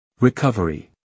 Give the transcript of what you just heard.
Recovery